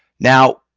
now,